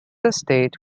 estate